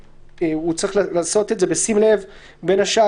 הוא צריך לעשות זאת בשים לב בין השאר